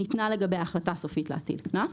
ניתנה לגביה החלטה סופית להטיל קנס.